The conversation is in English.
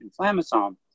inflammasome